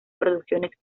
producciones